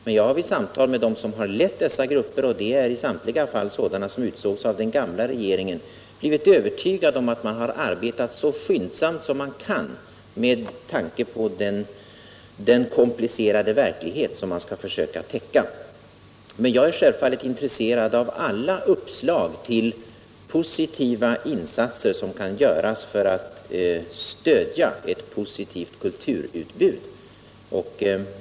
Men jag har vid Om planerna på ett samtal med dem som lett dessa grupper — i samtliga fall sådana som = s.k. högrisklaborautsågs av den gamla regeringen — blivit övertygad om att man arbetat — torium vid Uppsala så skyndsamt man kunnat med tanke på de komplicerade frågor man = universitet arbetar med. Jag är självfallet intresserad av alla uppslag till insatser för att stödja ett positivt kulturutbud.